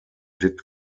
did